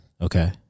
Okay